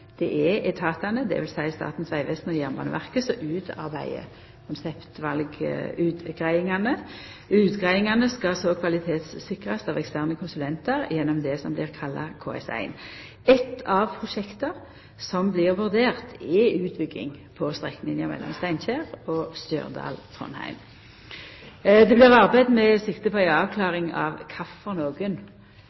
Det er etatane, dvs. Statens vegvesen og Jernbaneverket, som utarbeider konseptvalutgreiingane. Utgreiingane skal så kvalitetssikrast av eksterne konsulentar gjennom det som blir kalla KS1. Eitt av prosjekta som blir vurdert, er utbygging på strekninga mellom Steinkjer og Stjørdal/Trondheim. Det blir arbeidd med sikte på ei avklaring av